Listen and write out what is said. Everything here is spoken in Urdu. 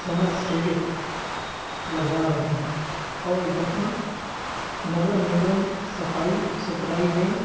سمرسیبل لگوا رہے ہیں اور یہاں نگرنگم صفائی ستھرائی میں